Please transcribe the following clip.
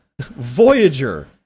Voyager